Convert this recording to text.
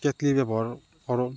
কেটলি ব্যৱহাৰ কৰোঁ